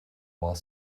while